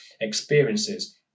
experiences